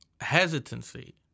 hesitancy